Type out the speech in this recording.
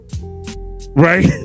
Right